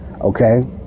okay